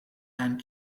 and